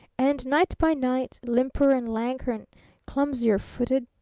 and night by night, limper and lanker and clumsier-footed.